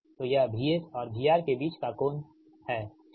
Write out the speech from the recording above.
तो यह VS और VR के बीच का कोण है ठीक